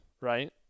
right